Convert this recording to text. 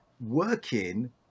working